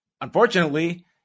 Unfortunately